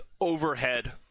overhead